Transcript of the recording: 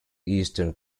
eastern